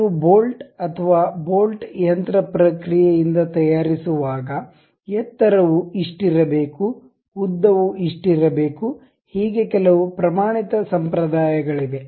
ನೀವು ಬೋಲ್ಟ್ ಅಥವಾ ಬೋಲ್ಟ್ ಯಂತ್ರ ಪ್ರಕ್ರಿಯೆ ಇಂದ ತಯಾರಿಸುವಾಗ ಎತ್ತರವು ಇಷ್ಟಿರಬೇಕು ಉದ್ದವು ಇಷ್ಟಿರಬೇಕು ಹೀಗೆ ಕೆಲವು ಪ್ರಮಾಣಿತ ಸಂಪ್ರದಾಯಗಳಿವೆ